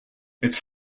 its